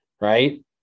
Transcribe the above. right